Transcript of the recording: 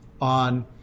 on